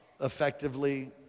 effectively